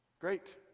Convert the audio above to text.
Great